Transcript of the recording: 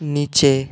নিচে